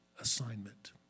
assignment